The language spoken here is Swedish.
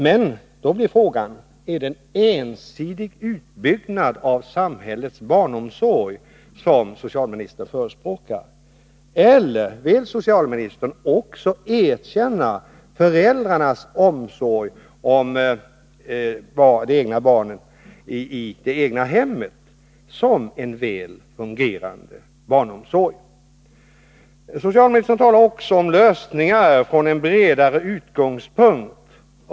Men då blir frågan: Är det en ensidig utbyggnad av samhällets barnomsorg som socialministern förespråkar? Eller vill socialministern också erkänna föräldrarnas omsorg om de egna barnen i det egna hemmet som en väl fungerande barnomsorg? Socialministern talar också om lösningar ”från en bred utgångspunkt”.